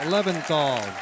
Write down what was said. Leventhal